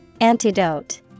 Antidote